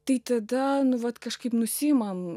tai tada nu vat kažkaip nusiimam